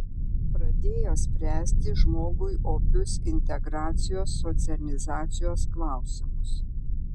pradėjo spręsti žmogui opius integracijos socializacijos klausimus